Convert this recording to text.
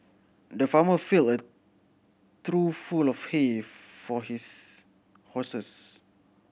the farmer filled a trough full of hay for his horses